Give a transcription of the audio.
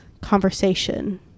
conversation